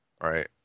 Right